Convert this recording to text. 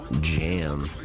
Jam